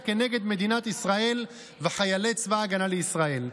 כנגד מדינת ישראל וחיילי צבא ההגנה לישראל.